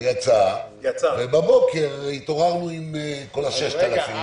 יצא ובבוקר התעוררנו עם כל ה-6,000.